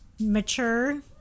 mature